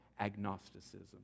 agnosticism